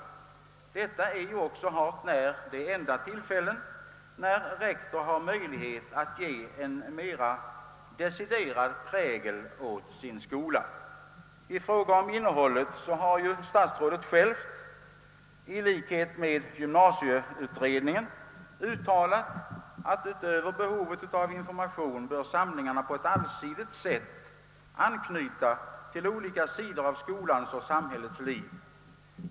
Detta är ju också hart när de enda tillfällen när rektor har möjlighet att ge en mera deciderad prägel åt sin skola. I fråga om innehållet har ju statsrådet själv — i likhet med gymnasieutredningen — uttalat att utöver behovet av information bör samlingarna på ett allsidigt sätt anknyta till olika sidor av skolans och samhällets liv.